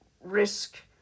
risk